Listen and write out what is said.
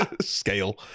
scale